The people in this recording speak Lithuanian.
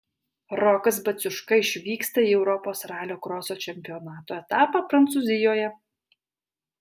rokas baciuška išvyksta į europos ralio kroso čempionato etapą prancūzijoje